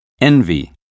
envy